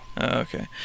Okay